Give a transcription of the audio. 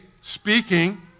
speaking